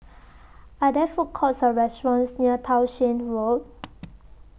Are There Food Courts Or restaurants near Townshend Road